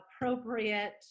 appropriate